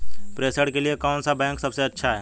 प्रेषण के लिए कौन सा बैंक सबसे अच्छा है?